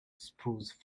spruce